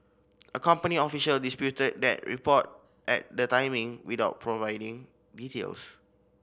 a company official disputed that report at the timing without providing details